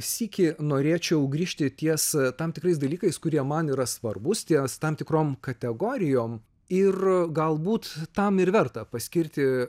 sykį norėčiau grįžti ties tam tikrais dalykais kurie man yra svarbūs ties tam tikrom kategorijom ir galbūt tam ir verta paskirti